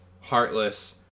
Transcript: heartless